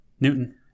Newton